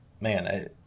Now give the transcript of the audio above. man